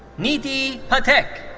neeti pathak.